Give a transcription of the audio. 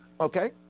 Okay